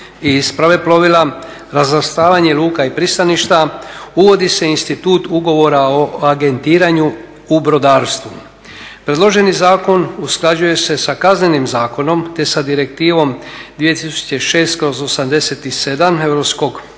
isprave plovila, razvrstavanje luka i pristaništa. Uvodi se institut ugovora o agentiranju u brodarstvu. Predloženi zakon usklađuje se za Kaznenim zakonom te sa Direktivom 2006/87 Europskog Parlamenta